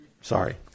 Sorry